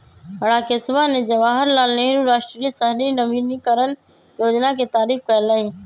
राकेशवा ने जवाहर लाल नेहरू राष्ट्रीय शहरी नवीकरण योजना के तारीफ कईलय